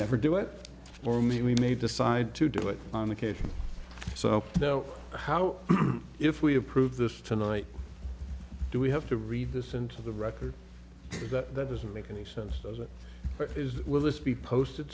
never do it or mean we may decide to do it on occasion so how if we approve this tonight do we have to read this into the record that doesn't make any sense as it is will this be posted